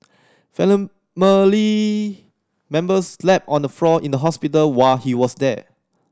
members slept on the floor in the hospital while he was there